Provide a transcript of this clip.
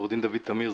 עו"ד דוד תמיר,